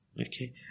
okay